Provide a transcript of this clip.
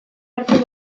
hartzen